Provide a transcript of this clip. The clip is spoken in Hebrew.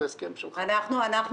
זה הסכם שלך, אדוני היושב-ראש.